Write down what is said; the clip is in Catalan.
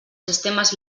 sistemes